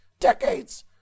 decades